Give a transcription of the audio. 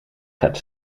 gaat